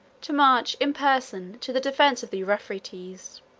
to march in person to the defence of the euphrates.